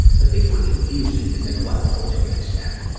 but things were confusing and neglectful to an extent.